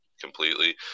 completely